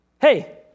Hey